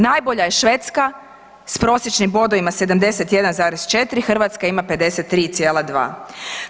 Najbolja je Švedska s prosječnim bodovima 71,4 Hrvatska ima 53,2.